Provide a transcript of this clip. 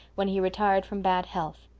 when he retired from bad health.